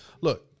Look